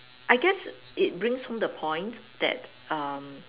I guess it brings home the point that um